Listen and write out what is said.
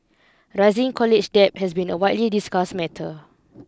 rising college debt has been a widely discussed matter